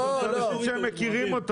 זה אנשים שהם מכירים.